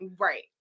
Right